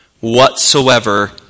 whatsoever